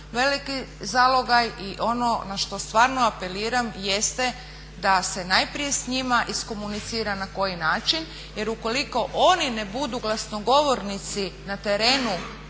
veliki zalogaj i ono na što stvarno apeliram jeste da se najprije s njima iskomunicira na koji način jer ukoliko oni ne budu glasnogovornici na terenu